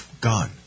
gone